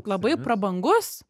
labai prabangus